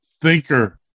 thinker